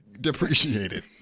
depreciated